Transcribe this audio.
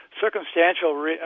circumstantial